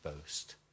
boast